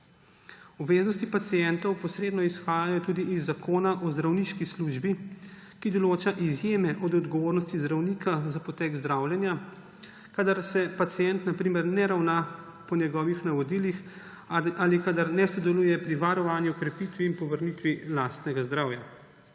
Obveznosti pacientov posredno izhajajo tudi iz Zakona o zdravniški službi, ki določa izjeme od odgovornosti zdravnika za potek zdravljenja, kadar se pacient na primer ne ravna po njegovih navodilih ali kadar ne sodeluje pri varovanju krepitvi in povrnitvi lastnega zdravja.